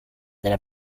della